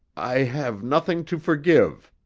i have nothing to forgive,